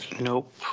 Nope